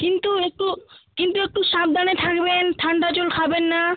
কিন্তু একটু কিন্তু একটু সাবধানে থাকবেন ঠান্ডা জল খাবেন না